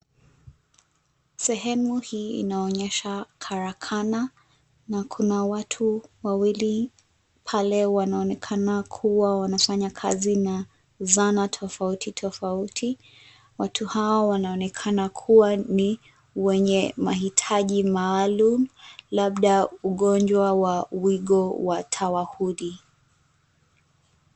Sehemu hii inaonyesha karakana na kuna watu wawili pale wanaonekana kuwa wanafanya kazi na zana tofauti tofauti. Watu hawa wanaonekana kuwa ni wenye mahitaji maalum labda ugonjwa wa wigo wa tawahudi.